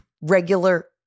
regular